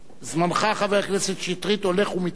זמנך, חבר הכנסת שטרית, הולך ומתקדם.